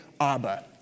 Abba